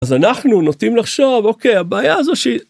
אז אנחנו נוטים לחשוב, אוקיי, הבעיה הזו שהיא...